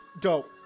dope